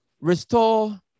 restore